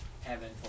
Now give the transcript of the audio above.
heaven